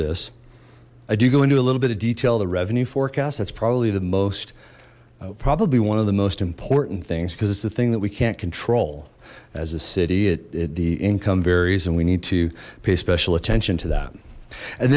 this i do go into a little bit of detail the revenue forecast that's probably the most probably one of the most important things because it's the thing that we can't control as a city it did the income varies and we need to pay special attention to that and